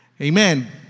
Amen